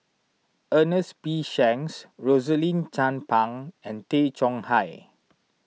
Ernest P Shanks Rosaline Chan Pang and Tay Chong Hai